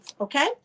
okay